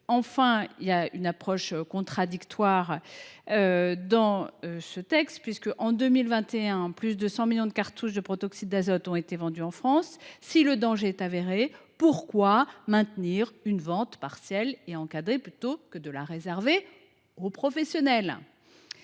notre sens, d’une approche contradictoire. En 2021, plus de 100 millions de cartouches de protoxyde d’azote ont été vendues en France. Si le danger est avéré, pourquoi maintenir une vente partielle et encadrée plutôt que réserver une telle vente aux professionnels ?